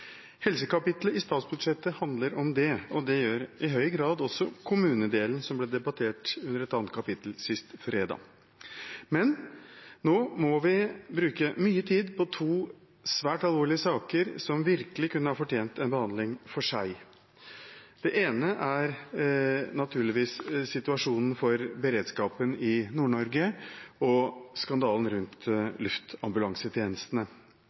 Helsekapitlet i statsbudsjettet handler om det, og det gjør i høy grad også kommunedelen, som ble debattert under et annet kapittel sist fredag. Nå må vi bruke mye tid på to svært alvorlige saker som virkelig kunne ha fortjent en behandling for seg. Den ene er naturligvis situasjonen for beredskapen i Nord-Norge og skandalen rundt